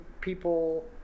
people